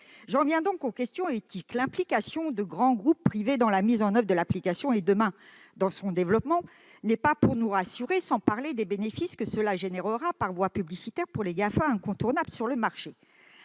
J'en viens donc aux questions éthiques. L'implication de grands groupes privés dans la mise en oeuvre de l'application et, demain, dans son développement, n'est pas pour nous rassurer, sans parler des bénéfices que cela générera par voie publicitaire pour les Gafa, qui sont incontournables sur le marché.